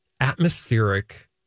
atmospheric